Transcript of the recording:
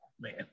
Man